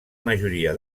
majoria